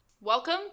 Welcome